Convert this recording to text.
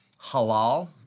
Halal